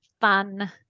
fun